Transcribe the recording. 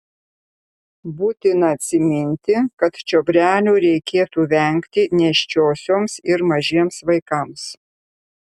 būtina atsiminti kad čiobrelių reikėtų vengti nėščiosioms ir mažiems vaikams